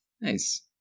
nice